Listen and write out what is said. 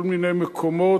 כל מיני מקומות,